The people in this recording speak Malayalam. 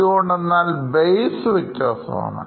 എന്തുകൊണ്ടെന്നാൽ base വ്യത്യാസമാണ്